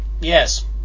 Yes